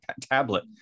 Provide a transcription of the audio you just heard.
tablet